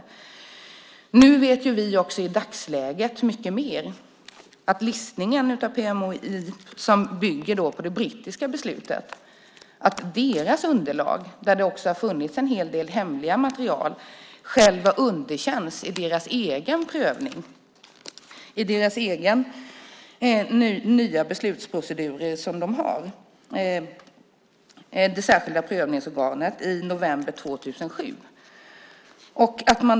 I dagsläget vet vi också mycket mer. Listningen av PMOI bygger på det brittiska beslutet. Deras underlag, där det också har funnits en hel del hemligt material, har underkänts i deras egen prövning i den nya beslutsproceduren i det särskilda prövningsorganet i november 2007.